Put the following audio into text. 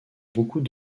beaucoup